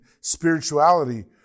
spirituality